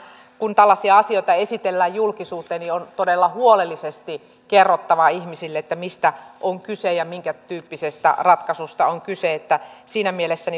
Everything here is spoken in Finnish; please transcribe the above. kun tällaisia asioita esitellään julkisuuteen on todella huolellisesti kerrottava ihmisille mistä ja minkätyyppisestä ratkaisusta on kyse siinä mielessä